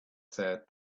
said